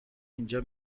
اینجا